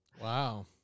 Wow